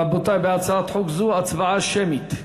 רבותי, בהצעת חוק זו הצבעה שמית.